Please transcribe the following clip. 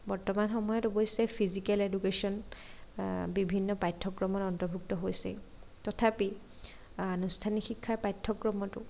বৰ্তমান সময়ত অৱশ্যে ফিজিকেল এডুকেশ্যন বিভিন্ন পাঠ্যক্ৰমত অন্তৰ্ভুক্ত হৈছে তথাপি আনুস্থানিক শিক্ষাৰ পাঠ্যক্ৰমতো